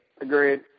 Agreed